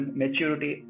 maturity